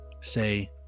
say